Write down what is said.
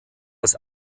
als